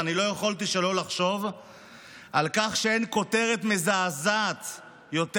ואני לא יכולתי שלא לחשוב על כך שאין כותרת מזעזעת יותר,